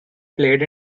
played